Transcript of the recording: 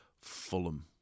Fulham